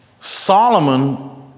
Solomon